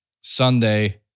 Sunday